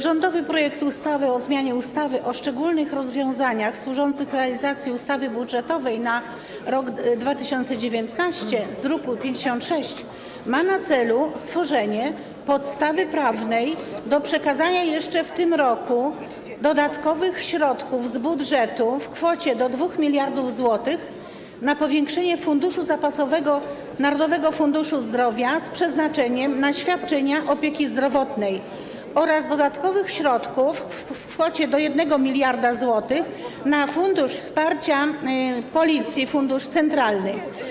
Rządowy projekt ustawy o zmianie ustawy o szczególnych rozwiązaniach służących realizacji ustawy budżetowej na rok 2019 z druku nr 56 ma na celu stworzenie podstawy prawnej do przekazania jeszcze w tym roku dodatkowych środków z budżetu - w kwocie do 2 mld zł - na powiększenie funduszu zapasowego Narodowego Funduszu Zdrowia z przeznaczeniem na świadczenia opieki zdrowotnej oraz dodatkowych środków - w kwocie do 1 mld zł - na Fundusz Wsparcia Policji, fundusz centralny.